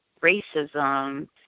racism